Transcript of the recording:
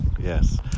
yes